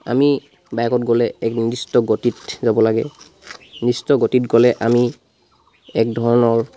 আমি বাইকত গ'লে এক নিৰ্দিষ্ট গতিত যাব লাগে নিৰ্দিষ্ট গতিত গ'লে আমি এক ধৰণৰ